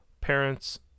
parents